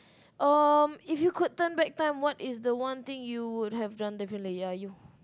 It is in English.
um if you could turn back time what is the one thing you would have done differently ya you